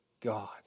God